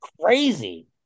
Crazy